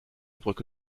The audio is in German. brücke